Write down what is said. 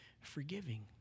forgiving